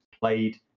played